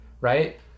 right